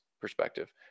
perspective